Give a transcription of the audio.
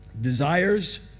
Desires